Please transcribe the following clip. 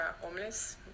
homeless